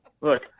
Look